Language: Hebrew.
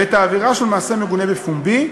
ואת העבירה של מעשה מגונה בפומבי,